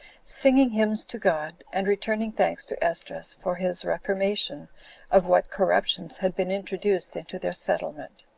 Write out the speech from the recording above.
singing hymns to god, and returning thanks to esdras for his reformation of what corruptions had been introduced into their settlement.